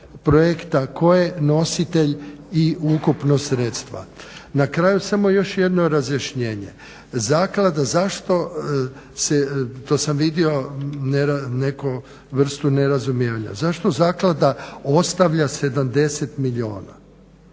ko je nositelj i ukupno sredstva. Na kraju samo još jedno razjašnjenje, zaklada, zašto se, to sam vidio neku vrstu nerazumijevanja, zašto zaklada ostavlja 70 milijuna?